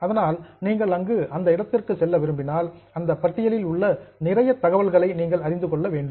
அதனால் நீங்கள் அங்கு அந்த இடத்திற்கு செல்ல விரும்பினால் அந்த பட்டியலில் உள்ள நிறைய தகவல்களை நீங்கள் அறிந்து கொள்ள வேண்டும்